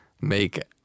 make